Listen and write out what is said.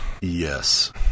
Yes